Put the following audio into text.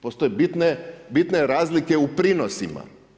Postoje bitne razlike u prinosima.